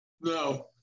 No